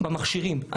במכשירים.